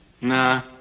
Nah